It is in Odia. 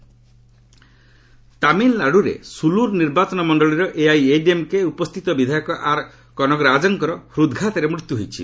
ଟିଏନ୍ ଡାଏଜ୍ ତାମିଲ୍ନାଡୁରେ ସୁଲୁର୍ ନିର୍ବାଚନ ମଣ୍ଡଳୀର ଏଆଇଏଡିଏମ୍କେ ଉପସ୍ଥିତ ବିଧାୟକ ଆର୍ କନଗରାଜଙ୍କର ହୃଦ୍ଘାତରେ ମୃତ୍ୟୁ ହୋଇଛି